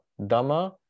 Dhamma